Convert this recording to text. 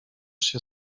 się